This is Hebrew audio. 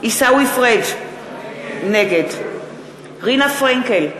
עיסאווי פריג' נגד רינה פרנקל,